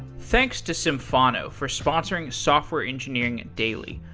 thanks to symphono for sponsoring software engineering daily.